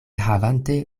havante